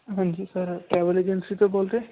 ਹਾਂਜੀ sir travel agency ਤੋਂ ਬੋਲਦੇ